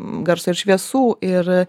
garso ir šviesų ir